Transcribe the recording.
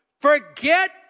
Forget